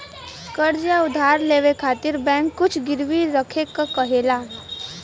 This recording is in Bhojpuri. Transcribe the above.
कर्ज़ या उधार लेवे खातिर बैंक कुछ गिरवी रखे क कहेला